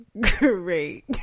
great